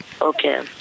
Okay